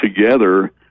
together